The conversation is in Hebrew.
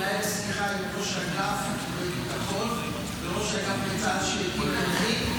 ננהל שיחה עם ראש אגף בביטחון וראש אגף שיקום נכים בצה"ל,